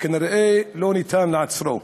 שכנראה לא ניתן לעוצרו,